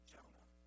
Jonah